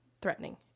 threatening